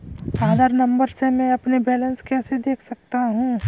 आधार number से मैं अपना बैलेंस कैसे देख सकता हूँ?